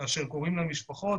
אשר קוראים למשפחות,